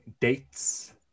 dates